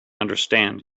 understand